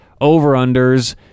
over-unders